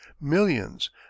Millions